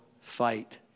fight